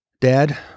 Dad